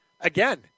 again